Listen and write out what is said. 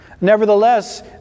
Nevertheless